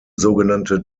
sogenannte